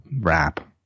rap